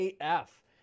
AF